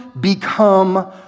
become